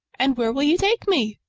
and where will you take me?